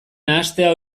nahastea